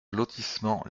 lotissement